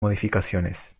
modificaciones